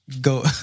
go